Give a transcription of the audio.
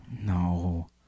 No